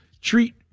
treat